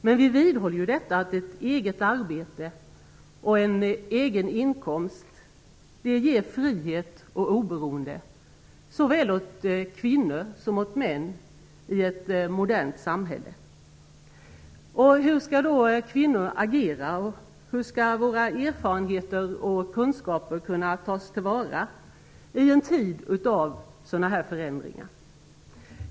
Men vi vidhåller att ett eget arbete och en egen inkomst ger frihet och oberoende i ett modernt samhälle, såväl åt kvinnor som åt män. Hur skall då kvinnor agera, och hur skall våra erfarenheter och kunskaper kunna tas till vara i en tid av sådana här förändringar?